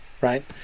right